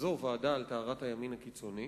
וזו ועדה על טהרת הימין הקיצוני,